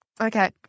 Okay